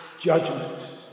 judgment